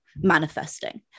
Manifesting